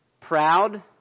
proud